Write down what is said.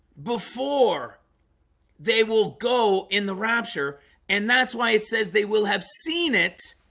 before they will go in the rapture and that's why it says they will have seen it